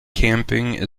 camping